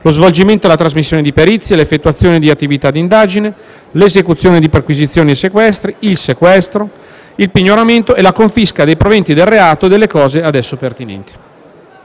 lo svolgimento e la trasmissione di perizie, l'effettuazione di attività di indagine, l'esecuzione di perquisizioni e sequestri, il sequestro, il pignoramento e la confisca dei proventi del reato e delle cose a esso pertinenti.